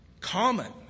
common